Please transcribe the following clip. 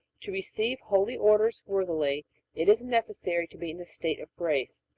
to receive holy orders worthily it is necessary to be in the state of grace,